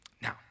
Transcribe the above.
Now